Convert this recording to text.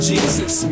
Jesus